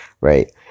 right